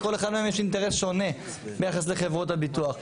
לכל אחד מהם יש אינטרס שונה ביחס לחברות הביטוח,